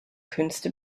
künste